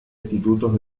institutos